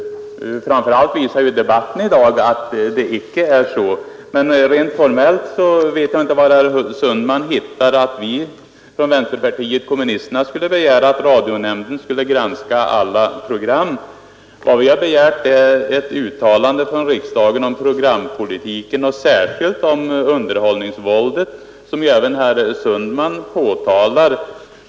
Framför allt visar ju debatten i dag att det icke är så. Jag vet inte var herr Sundman hittade att vi från vänsterpartiet kommunisterna begärt att radionämnden skulle granska alla program. Vad vi har begärt är ett uttalande av riksdagen om programpolitiken och särskilt om underhållningsvåldet, som även herr Sundman har påtalat.